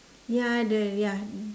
ya the ya